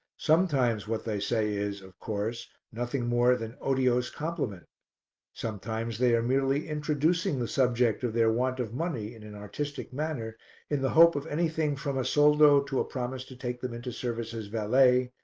sometimes what they say is, of course, nothing more than otiose compliment sometimes they are merely introducing the subject of their want of money in an artistic manner in the hope of anything from a soldo to a promise to take them into service as valet,